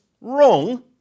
wrong